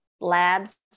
labs